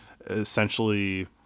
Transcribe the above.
essentially